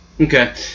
Okay